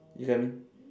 you get what I mean